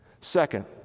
Second